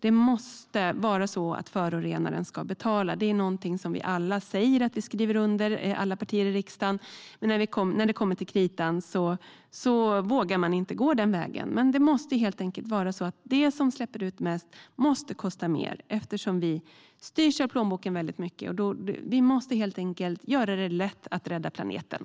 Det måste vara förorenaren som ska betala. Det är någonting som alla partier i riksdagen säger att man skriver under på, men när det kommer till kritan vågar man inte gå den vägen. Men det måste vara så att det som släpper ut mest måste kosta mer, eftersom vi styrs mycket av plånboken. Vi måste helt enkelt göra det lätt att rädda planeten.